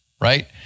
right